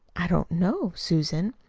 i don't know, susan,